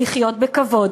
לחיות בכבוד,